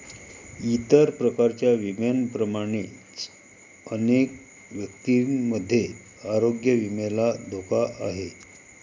इतर प्रकारच्या विम्यांप्रमाणेच अनेक व्यक्तींमध्ये आरोग्य विम्याला धोका आहे